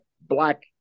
Black